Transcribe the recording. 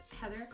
Heather